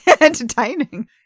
entertaining